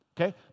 Okay